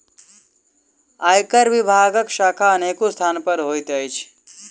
आयकर विभागक शाखा अनेको स्थान पर होइत अछि